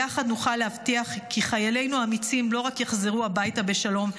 יחד נוכל להבטיח כי חיילינו האמיצים לא רק יחזרו הביתה בשלום,